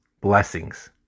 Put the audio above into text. blessings